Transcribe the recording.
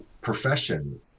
profession